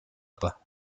aber